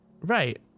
Right